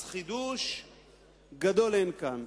אז חידוש גדול אין כאן.